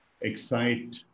excite